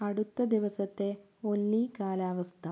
അടുത്ത ദിവസത്തെ ഒല്ലി കാലാവസ്ഥ